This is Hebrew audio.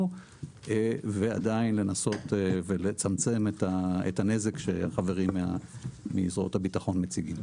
ועדיין לנסות לצמצם את הנזק שחברי מזרועות הביטחון מציגים.